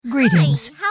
Greetings